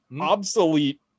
Obsolete